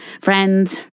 friends